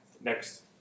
next